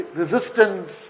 resistance